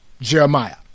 Jeremiah